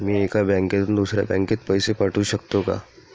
मी एका बँकेतून दुसऱ्या बँकेत पैसे पाठवू शकतो का?